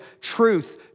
truth